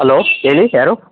hello ಹೇಳಿ ಯಾರು